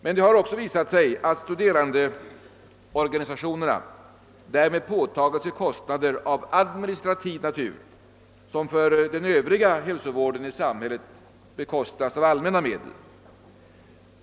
Men det har också visat sig att studerandeorganisationerna därmed påtagit sig kostnader av administrativ natur som för den övriga hälsovården i samhället bestrides av allmänna medel.